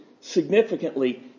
significantly